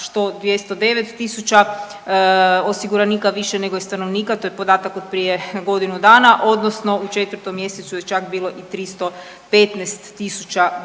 što 209 tisuća osiguranika više nego je stanovnika, to je podatak od prije godinu dana, odnosno u 4. mjesecu je čak bilo i 315 tisuća